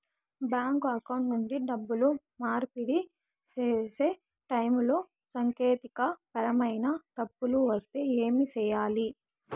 bank account నుండి డబ్బులు మార్పిడి సేసే టైములో సాంకేతికపరమైన తప్పులు వస్తే ఏమి సేయాలి